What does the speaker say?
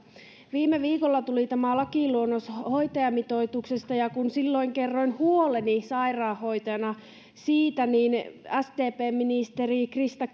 viime viikolla tuli tämä lakiluonnos hoitajamitoituksesta ja kun silloin kerroin huoleni sairaanhoitajana siitä niin niin sdpn ministeri krista